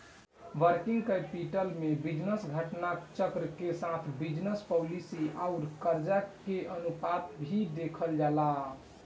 working capital में business घटना चक्र के साथ बिजनस पॉलिसी आउर करजा के अनुपात भी देखल जाला